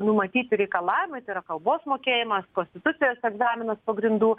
numatyti reikalavimai tai yra kalbos mokėjimas konstitucijos egzaminas pagrindų